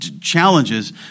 challenges